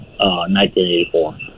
1984